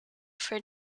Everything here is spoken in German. für